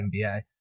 NBA